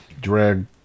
drag